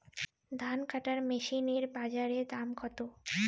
ধান কাটার মেশিন এর বাজারে দাম কতো?